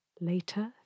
Later